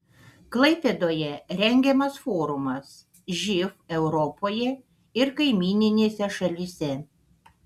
klaipėdoje rengiamas forumas živ europoje ir kaimyninėse šalyse